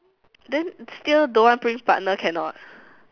then still don't want bring partner cannot